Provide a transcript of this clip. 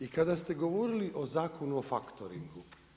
I kada ste govorili o Zakonu o faktoringu.